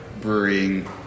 brewing